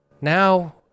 Now